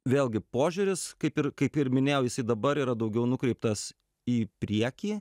vėlgi požiūris kaip ir kaip ir minėjau jisai dabar yra daugiau nukreiptas į priekį